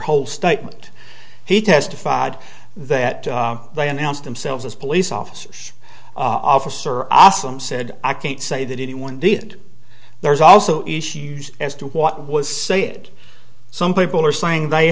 whole statement he testified that they announced themselves as police officers officer awesome said i can't say that anyone did there's also issues as to what was say it some people are saying they